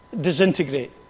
disintegrate